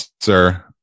sir